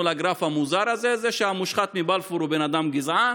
לגרף המוזר הזה היא שהמושחת מבלפור הוא בן אדם גזען,